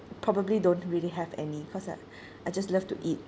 probably don't really have any cause I I just love to eat